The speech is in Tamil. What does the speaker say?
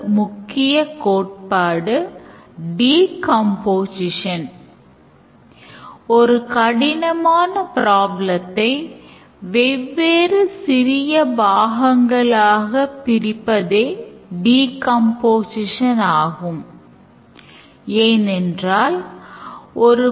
மற்றும் அந்த member செயல்படுத்த வேண்டிய use cases ஆகிய query book issue book return book ஆகியவற்றைக் கண்டறிவதைப் பற்றியும் கண்டோம்